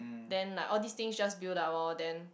then like all these thing just build up oh then